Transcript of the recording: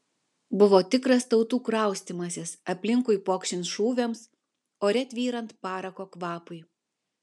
buvo tikras tautų kraustymasis aplinkui pokšint šūviams ore tvyrant parako kvapui